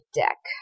deck